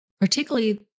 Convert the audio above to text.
particularly